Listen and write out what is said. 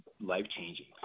life-changing